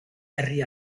herri